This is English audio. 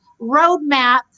roadmap